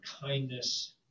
kindness